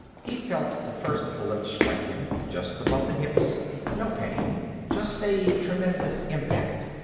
he felt the first bullet strike him, just above the hips no pain just a tremendous impact.